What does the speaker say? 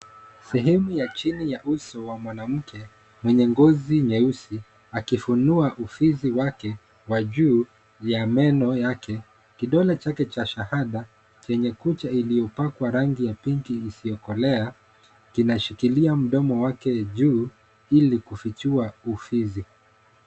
Sehemu ya chini ya uso wa mwanamke wenye ngozi nyeusi akifunua ufizi wake wa juu ya meno yake. Kidole chake cha shahada chenye kucha iliyopakwa rangi ya pinki isiyokolea kinashikilia mdomo wake juu ili kufichua ufizi.